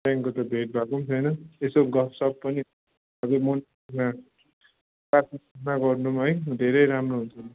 त्यहाँदेखिको त भेट भएको पनि छैन यसो गफसफ पनि अझै मनको कुरा गर्नु है धेरै राम्रो हुन्छ नि